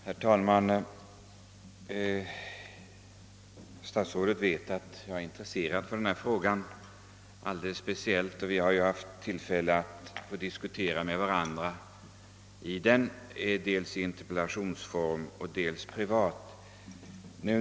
Herr talman! Herr statsrådet vet att jag är speciellt intresserad av denna fråga, som vi haft tillfälle att diskutera med varandra dels i interpellationsdebattens form, dels privat.